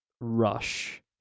rush